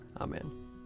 Amen